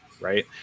right